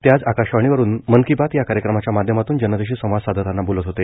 ते आज आकाशवाणीवरून आज मन की बात या कार्यक्रमाच्या माध्यमातून जनतेशी संवाद साधताना बोलत होते